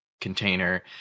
container